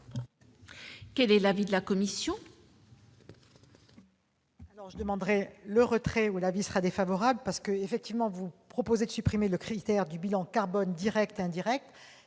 Quel est l'avis de la commission ?